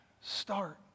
start